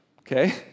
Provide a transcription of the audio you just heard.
okay